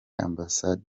ambasadazi